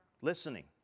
listening